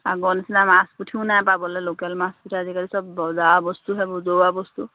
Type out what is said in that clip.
আগৰ নিচিনা মাছ পুঠিও নাই লোকেল মাছ এতিয়া আজিকালি বজাৰৰ বস্তুহে বজৰুৱা বস্তু